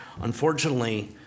Unfortunately